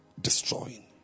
destroying